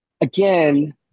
Again